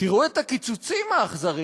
תראו את הקיצוצים האכזריים.